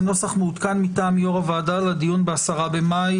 זה נוסח מעודכן מטעם יו"ר הוועדה לדיון ב-10/05/2022,